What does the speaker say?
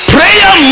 Prayer